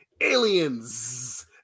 Aliens